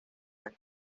años